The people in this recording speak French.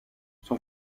son